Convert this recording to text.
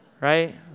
Right